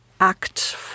act